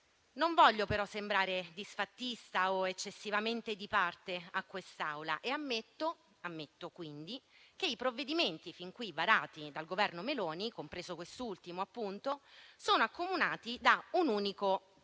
Non voglio però sembrare disfattista o eccessivamente di parte a questa Assemblea e ammetto che i provvedimenti fin qui varati dal Governo Meloni, compreso quest'ultimo, sono accomunati da un unico merito;